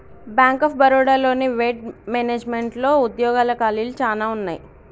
bank of Baroda లోని వెడ్ మేనేజ్మెంట్లో ఉద్యోగాల ఖాళీలు చానా ఉన్నయి